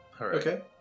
Okay